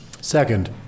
Second